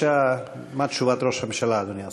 בבקשה, מה תשובת ראש הממשלה, אדוני השר?